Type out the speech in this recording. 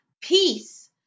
peace